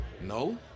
No